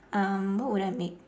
um what would I make